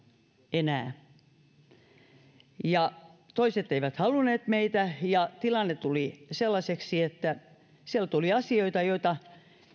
enää toiset eivät halunneet meitä ja tilanne tuli sellaiseksi että siellä tuli asioita joita